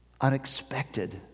unexpected